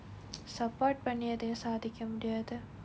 support பண்ணி எதையும் சாதிக்க முடியாது:panni yethaiyum saathikka mudiyaathu